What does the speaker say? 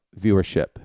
viewership